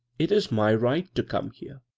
it is my right to come here.